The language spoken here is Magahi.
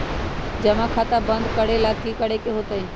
जमा खाता बंद करे ला की करे के होएत?